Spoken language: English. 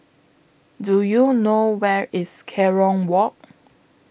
Do YOU know Where IS Kerong Walk